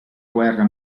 guerra